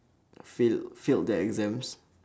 fail failed the exams